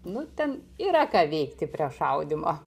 nu ten yra ką veikti prie šaudymo